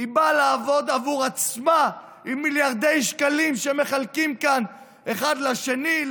היא באה לעבוד עבור עצמה עם מיליארדי שקלים שמחלקים כאן אחד לשני,